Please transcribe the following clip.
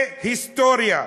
זה היסטוריה.